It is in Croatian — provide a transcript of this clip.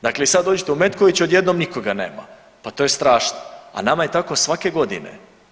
Dakle, i sad dođete u Metković i odjednom nikoga nema, pa to je strašno, a nama je tako svake godine.